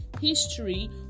history